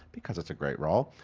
because it's a great role.